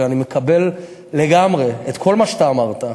ואני מקבל לגמרי את כל מה שאמרת.